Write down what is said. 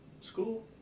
school